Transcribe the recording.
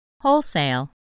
Wholesale